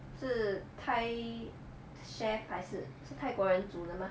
是 thai chef 还是是泰国人煮的吗